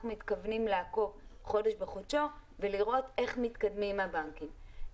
מתכוונים לעקוב חודש בחודשו ולראות איך מתקדמים עם הבנקים.